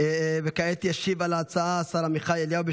כעת ישיב על ההצעה השר עמיחי אליהו,